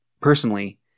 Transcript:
personally